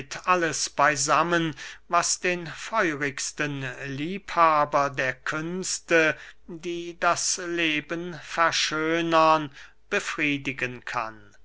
alles beysammen was den feurigsten liebhaber der künste die das leben verschönern befriedigen kann